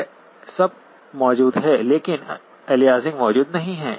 वह सब मौजूद है लेकिन अलियासिंग मौजूद नहीं है